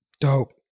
Dope